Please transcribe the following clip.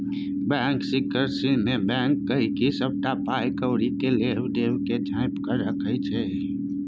bank सिकरेसीमे bank गांहिकीक सबटा पाइ कौड़ी केर लेब देब केँ झांपि केँ राखय छै